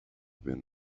been